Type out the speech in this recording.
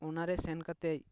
ᱚᱱᱟᱨᱮ ᱥᱮᱱ ᱠᱟᱛᱮ